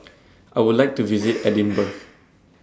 I Would like to visit Edinburgh